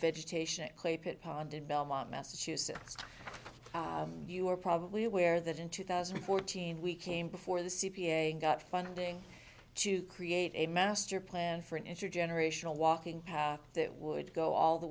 vegetation clay pit pond in belmont massachusetts you're probably aware that in two thousand and fourteen we came before the c p a got funding to create a master plan for an intergenerational walking path that would go all the